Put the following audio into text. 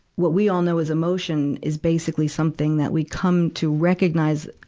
what we all know is emotion is basically something that we come to recognize,